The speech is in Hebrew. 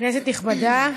כנסת נכבדה,